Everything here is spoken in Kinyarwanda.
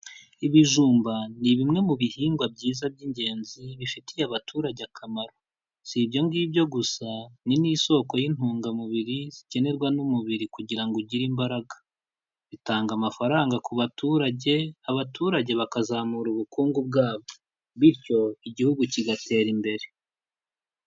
Ibijumba ni bimwe mu bihingwa byiza by'ingenzi bifitiye abaturage akamaro, si ibyo ngibyo gusa ni n'isoko y'intungamubiri zikenerwa n'umubiri kugira ngo ugire imbaraga, bitanga amafaranga ku baturage, abaturage bakazamura ubukungu bwabo bityo igihugu kigatera imbere.